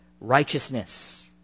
righteousness